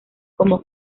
como